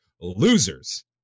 losers